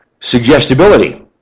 suggestibility